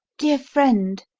dear friend,